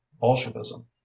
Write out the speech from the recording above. bolshevism